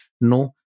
no